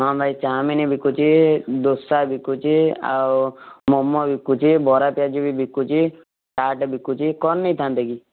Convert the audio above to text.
ହଁ ଭାଇ ଚାଉମିନ୍ ବିକୁଛି ଦୋସା ବିକୁଛି ଆଉ ମୋମୋ ବିକୁଛି ବରାପିଆଜି ବି ବିକୁଛି ଚାଟ୍ ବିକୁଛି କଣ ନେଇଥାନ୍ତେ କି